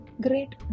Great